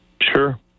Sure